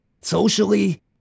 Socially